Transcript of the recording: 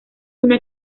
una